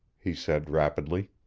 he said rapidly.